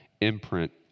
imprint